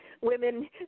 women